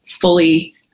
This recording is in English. fully